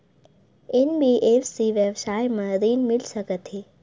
NBFC व्यवसाय मा ऋण मिल सकत हे